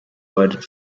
loaded